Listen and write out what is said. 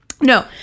No